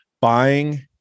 buying